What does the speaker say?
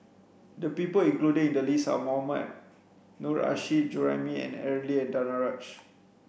the people included in the list are Mohammad Nurrasyid Juraimi Aaron Lee and Danaraj